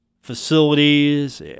Facilities